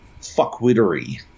fuckwittery